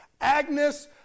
Agnes